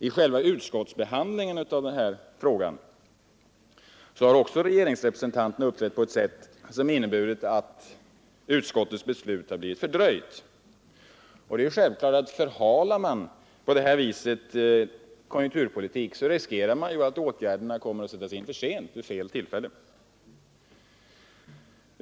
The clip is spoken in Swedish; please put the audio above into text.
I själva utskottsbehandlingen av denna fråga har också regeringsrepresentanterna uppträtt på ett sätt, som inneburit att utskottets beslut blivit fördröjt. Förhalar man konjunkturpolitiken på detta vis, riskerar man självfallet att åtgärderna kommer att sättas in för sent, vid fel tillfälle.